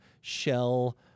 shell